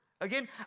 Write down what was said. Again